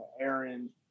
aaron